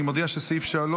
אני מודיע שסעיף 3,